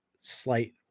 slight